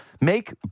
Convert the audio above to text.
make